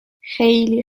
خیلی